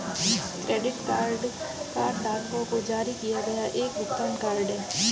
credit card कार्डधारकों को जारी किया गया एक भुगतान कार्ड है